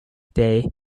day